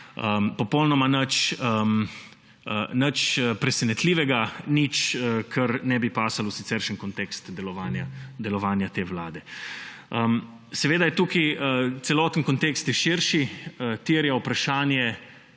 Popolnoma nič presenetljivega, nič, kar ne bi pasalo v siceršnji kontekst delovanja te vlade. Seveda je tukaj celoten kontekst širši, terja vprašanje,